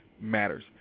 matters